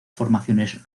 formaciones